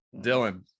Dylan